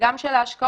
וגם של ההשקעות,